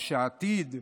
לעתיד,